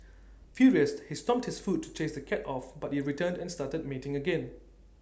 furious he stomped his foot to chase the cat off but IT returned and started mating again